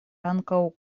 ankaŭ